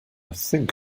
think